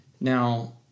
Now